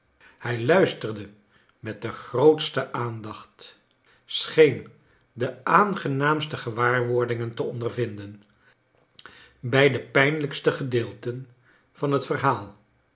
hij luisterde met de grootste aandacht scheen de aangenaamste gewaarwordingen te ondervinden bij de pijnlijkste gedeelten van het verhaal